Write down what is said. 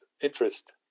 interest